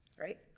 right